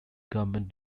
government